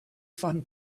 fun